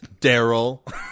Daryl